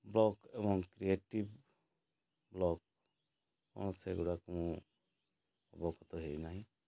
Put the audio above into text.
blog ଏବଂ creative blog କ'ଣ ସେ'ଗୁଡ଼ାକ ମୁଁ ଅବଗତ ହେଇନାହିଁ